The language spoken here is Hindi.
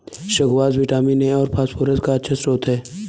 स्क्वाश विटामिन ए और फस्फोरस का अच्छा श्रोत है